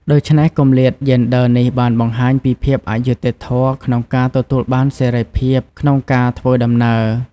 ដូច្នេះ គម្លាតយេនដ័រនេះបានបង្ហាញពីភាពអយុត្តិធម៌ក្នុងការទទួលបានសេរីភាពក្នុងការធ្វើដំណើរ។